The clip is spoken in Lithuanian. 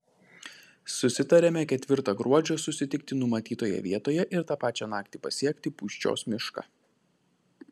susitariame ketvirtą gruodžio susitikti numatytoje vietoje ir tą pačią naktį pasiekti pūščios mišką